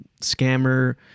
scammer